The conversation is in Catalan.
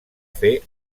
fer